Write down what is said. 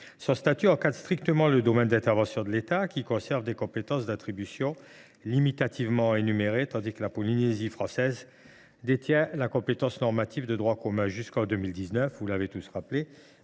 Ce statut encadre strictement le domaine d’intervention de l’État, qui conserve des compétences d’attribution limitativement énumérées, tandis que la Polynésie détient la compétence normative de droit commun. Jusqu’en 2019 et depuis le